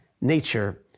nature